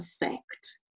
effect